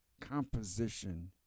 composition